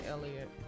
Elliott